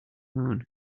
moon